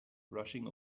rushing